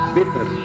Bitter